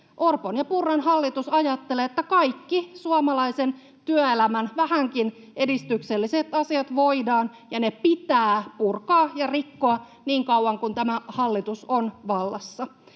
Orpon ja Purran hallitus ajattelee, että kaikki suomalaisen työelämän vähänkin edistykselliset asiat voidaan ja pitää purkaa ja rikkoa niin kauan kuin tämä hallitus on vallassa.